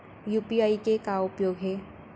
UPI के का उपयोग हे?